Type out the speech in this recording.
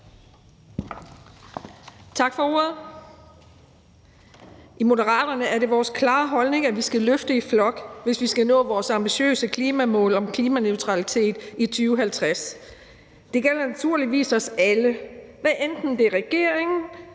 Tak for ordet, formand. I Moderaterne er det vores klare holdning, at vi skal løfte i flok, hvis vi skal nå vores ambitiøse klimamål om klimaneutralitet i 2050. Det gælder naturligvis os alle, hvad enten det er regeringen,